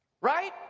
Right